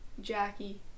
Jackie